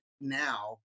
now